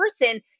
person